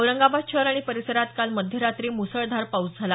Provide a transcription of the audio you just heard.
औरंगाबाद शहर आणि परिसरात काल मध्यरात्री मुसळधार पाऊस झाला